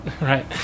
right